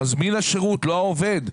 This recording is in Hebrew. מזמן השירות, לא העובד.